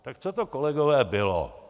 Tak co to, kolegové, bylo?